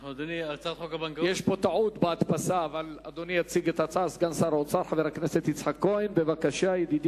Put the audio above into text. אנחנו ממשיכים בסדר-היום: הצעת חוק הבנקאות